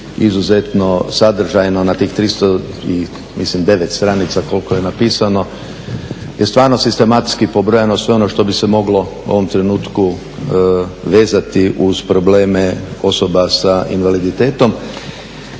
izuzetno sadržajno na tih 309 mislim stranice koliko je napisano, jer je stvarno sistematski pobrojeno sve ono što bi se moglo u ovom trenutku vezati uz probleme osoba sa invaliditetom.